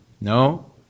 No